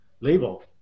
label